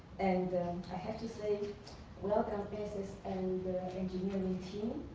and i have to say welcome assets and engineering team.